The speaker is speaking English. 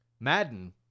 Madden